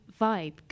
vibe